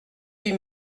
huit